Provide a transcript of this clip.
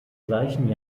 gleichen